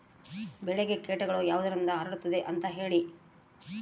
ಬೆಳೆಗೆ ಕೇಟಗಳು ಯಾವುದರಿಂದ ಹರಡುತ್ತದೆ ಅಂತಾ ಹೇಳಿ?